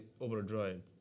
overdrive